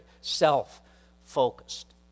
self-focused